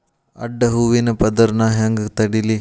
ಅಡ್ಡ ಹೂವಿನ ಪದರ್ ನಾ ಹೆಂಗ್ ತಡಿಲಿ?